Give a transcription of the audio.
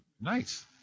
Nice